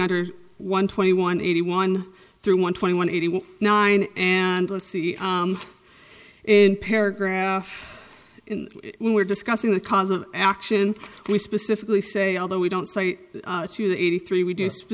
under one twenty one eighty one through one twenty one eighty nine and let's see in paragraph when we're discussing the cause of action and we specifically say although we don't say to the eighty three we do